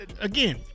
again